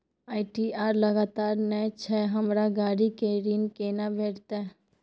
ITR लगातार नय छै हमरा गाड़ी के ऋण केना भेटतै?